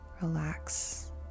relax